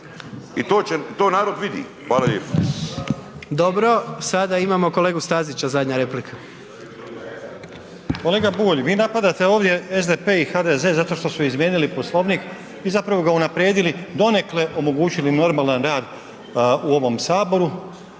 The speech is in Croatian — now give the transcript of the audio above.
**Jandroković, Gordan (HDZ)** Dobro. Sada imamo kolegu Stazića, zadnja replika. **Stazić, Nenad (SDP)** Kolega Bulj, vi napadate ovdje SDP i HDZ zato što su izmijenili Poslovnik i zapravo ga unaprijedili donekle omogućili normalan rad u ovom saboru,